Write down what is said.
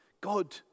God